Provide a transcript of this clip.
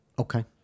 Okay